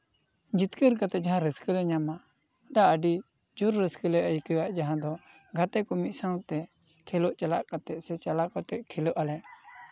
ᱡᱤᱛᱠᱟᱹᱨ ᱠᱟᱛᱮᱜ ᱡᱟᱦᱟᱸ ᱨᱟᱹᱥᱠᱟᱹ ᱞᱮ ᱧᱟᱢᱼᱟ ᱫᱟ ᱟᱹᱰᱤ ᱡᱳᱨ ᱨᱟᱹᱥᱠᱟᱹ ᱞᱮ ᱟᱹᱭᱠᱟᱹᱣᱟ ᱡᱟᱦᱟᱸ ᱫᱚ ᱜᱟᱛᱮ ᱠᱚ ᱢᱤᱫ ᱥᱟᱶᱛᱮ ᱠᱷᱮᱞᱳᱜ ᱪᱟᱞᱟᱜ ᱠᱟᱛᱮᱜ ᱥᱮ ᱪᱟᱞᱟᱜ ᱠᱟᱛᱮᱜ ᱠᱷᱮᱞᱳᱜ ᱟᱞᱮ